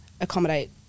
accommodate